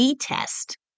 test